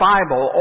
Bible